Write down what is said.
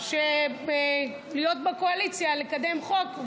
להיות בקואליציה ולקדם חוק,